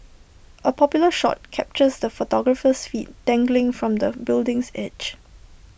A popular shot captures the photographer's feet dangling from the building's edge